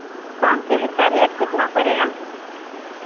दाम इसका रेट कितना पड़ेगा